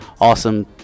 awesome